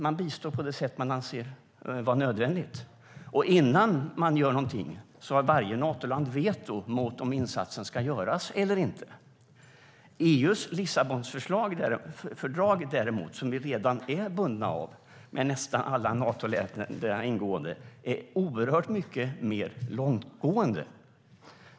Man bistår på det sätt man anser vara nödvändigt, och innan man gör någonting har varje Natoland vetorätt mot om insatsen ska göras eller inte. EU:s Lissabonfördrag, som vi redan är bundna av och där nästan alla Natoländer ingår, är däremot oerhört mycket mer långtgående.